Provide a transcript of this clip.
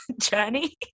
journey